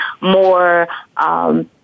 more